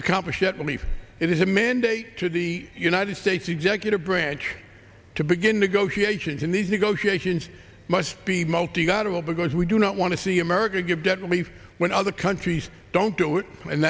accomplish it only if it is a mandate to the united states executive branch to begin negotiations in these negotiations must be multilateral because we do not want to see america get debt relief when other countries don't do it and